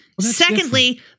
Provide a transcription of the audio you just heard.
Secondly